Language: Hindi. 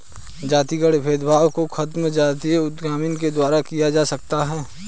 जातिगत भेदभाव को खत्म जातीय उद्यमिता के द्वारा किया जा सकता है